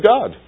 God